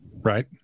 Right